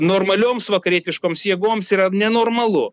normalioms vakarietiškoms jėgoms yra nenormalu